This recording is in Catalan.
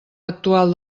actual